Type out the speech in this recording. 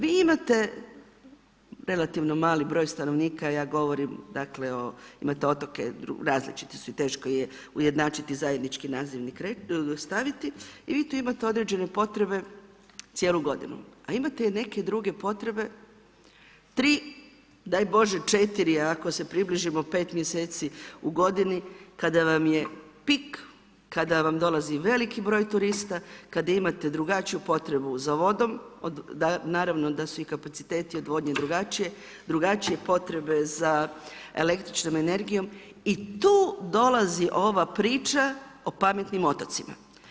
Vi imate relativno mali broj stanovnika, ja govorim dakle, imate otoke različiti su i teško je ujednačiti zajednički nazivnik staviti i vi tu imate određene potrebe cijelu godinu, a imate i neke druge potrebe, 3, daj Bože 4 ako se približimo 5 mjeseci u godini kada vam je pik, kada vam dolazi veliki broj turista, kada imate drugačiju potrebu za vodom, naravno da su i kapaciteti odvodnje drugačije, drugačije potrebe za električnom energijom i tu dolazi ova priča o pametnim otocima.